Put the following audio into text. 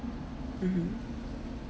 mmhmm